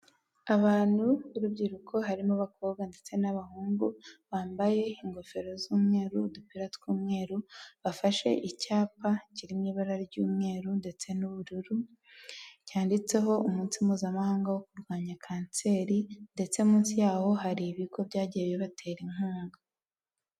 Abantu b'urubyiruko harimo abakobwa ndetse n'abahungu bambaye ingofero z'umweru udupira tw'umweru, bafashe icyapa kiri mu ibara ry'umweru ndetse n'ubururu cyanditseho umunsi mpuzamahanga wo kurwanya kanseri ndetse munsi yaho hari ibigo byagiye bibatera inkunga.